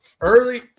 Early